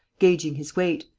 gauging his weight,